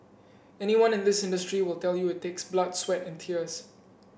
anyone in this industry will tell you it takes blood sweat and tears